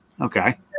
Okay